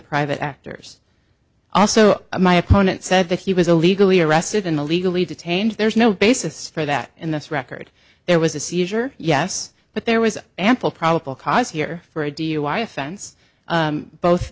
private actors also my opponent said that he was illegally arrested in the legally detained there's no basis for that in this record there was a seizure yes but there was ample probable cause here for a dui offense both